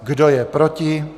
Kdo je proti?